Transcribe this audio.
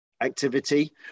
activity